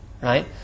right